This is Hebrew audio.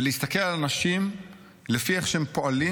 ולהסתכל על אנשים לפי איך שהם פועלים